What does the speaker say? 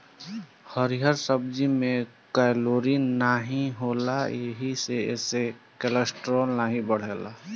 हरिहर सब्जी में कैलोरी नाही होला एही से एसे कोलेस्ट्राल नाई बढ़ेला